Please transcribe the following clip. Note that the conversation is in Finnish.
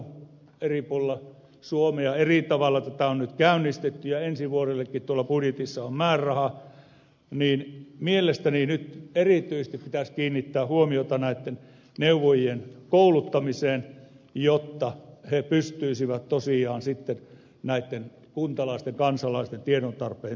kun eri puolilla suomea eri tavalla tätä on nyt käynnistetty ja ensi vuodellekin tuolla budjetissa on määräraha niin mielestäni nyt erityisesti pitäisi kiinnittää huomiota näitten neuvojien kouluttamiseen jotta he pystyisivät tosiaan sitten näitten kuntalaisten kansalaisten tiedontarpeen tyydyttämään